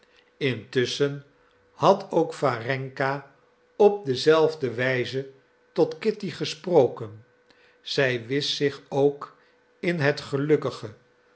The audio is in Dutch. intusschen had ook warenka op dezelfde wijze tot kitty gesproken zij wist zich ook in het gelukkige